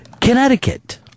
Connecticut